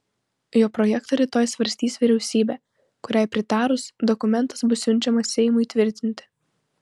jo projektą rytoj svarstys vyriausybė kuriai pritarus dokumentas bus siunčiamas seimui tvirtinti